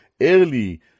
early